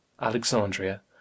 alexandria